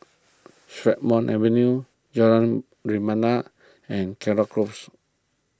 Strathmore Avenue Jalan Rebana and Caldecott Close